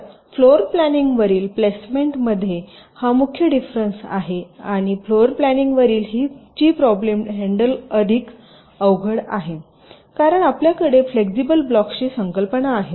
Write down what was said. तर floor planning वरील आणि प्लेसमेंटमध्ये हा मुख्य डिफरंस आहे आणि फ्लोर प्लॅनिंग वरील ची प्रोब्लम हॅण्डल अधिक अवघड आहे कारण आपल्याकडे फ्लेक्सिबल ब्लॉक्सची संकल्पना आहे